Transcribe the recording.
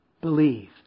Believe